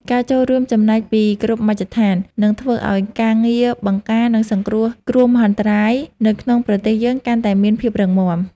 ការចូលរួមចំណែកពីគ្រប់មជ្ឈដ្ឋាននឹងធ្វើឱ្យការងារបង្ការ និងសង្គ្រោះគ្រោះមហន្តរាយនៅក្នុងប្រទេសយើងកាន់តែមានភាពរឹងមាំ។